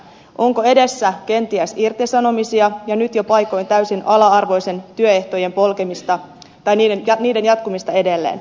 onko edessä kenties irtisanomisia ja nyt jo paikoin täysin ala arvoisten työehtojen polkemista tai niiden jatkumista edelleen